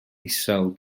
isel